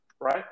right